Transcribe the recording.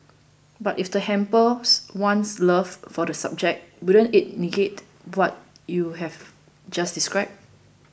but if that hampers one's love for the subject wouldn't it negate what you've just described